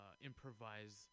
improvise